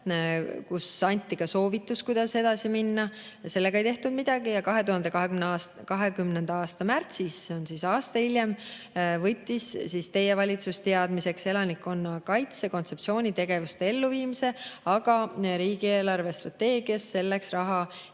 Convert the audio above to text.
kus anti ka soovitus, kuidas edasi minna, ei tehtud sellega midagi, ning 2020. aasta märtsis, see on aasta hiljem, võttis teie valitsus teadmiseks elanikkonnakaitse kontseptsiooni tegevuste elluviimise, aga riigi eelarvestrateegias selleks raha